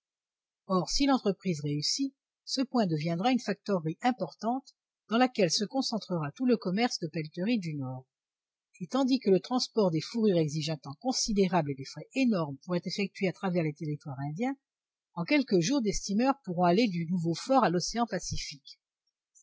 or si l'entreprise réussit ce point deviendra une factorerie importante dans laquelle se concentrera tout le commerce de pelleteries du nord et tandis que le transport des fourrures exige un temps considérable et des frais énormes pour être effectué à travers les territoires indiens en quelques jours des steamers pourront aller du nouveau fort à l'océan pacifique